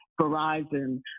Verizon